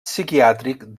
psiquiàtric